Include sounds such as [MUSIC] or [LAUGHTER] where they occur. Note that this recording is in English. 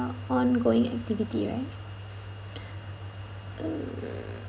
ongoing activity right [NOISE] err